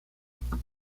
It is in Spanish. músico